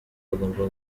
bagomba